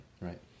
right